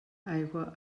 aigua